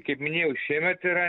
kaip minėjau šiemet yra